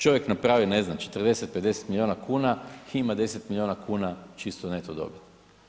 Čovjek napravi ne znam 40, 50 miliona kuna i ima 10 miliona kuna čistu neto dobit.